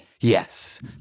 Yes